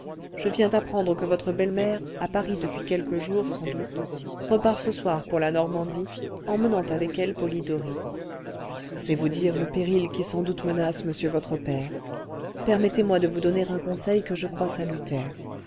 je viens d'apprendre que votre belle-mère à paris depuis quelques jours sans doute repart ce soir pour la normandie emmenant avec elle polidori c'est vous dire le péril qui sans doute menace monsieur votre père permettez-moi de vous donner un conseil que je crois salutaire